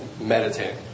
meditating